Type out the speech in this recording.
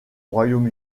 royaume